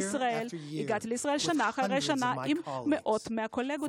הגעתי לישראל שנה אחרי שנה עם מאות מהקולגות